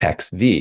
XV